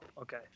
okay